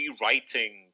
rewriting